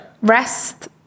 Rest